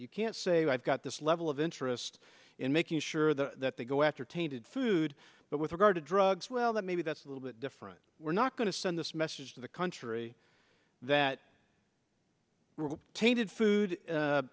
you can't say i've got this level of interest in making sure that they go after tainted food but with regard to drugs well that maybe that's a little bit different we're not going to send this message to the country that tainted food